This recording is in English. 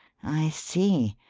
i see.